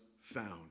found